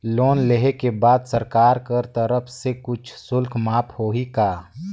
Loan लेहे के बाद सरकार कर तरफ से कुछ शुल्क माफ होही का?